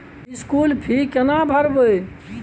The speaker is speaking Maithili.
स्कूल फी केना भरबै?